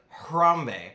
Harambe